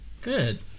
Good